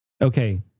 Okay